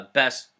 best